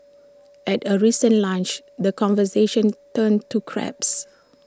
at A recent lunch the conversation turned to crabs